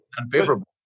unfavorable